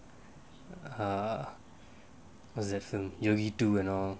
err what's that film U_V two and all